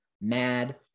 mad